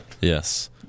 Yes